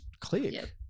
click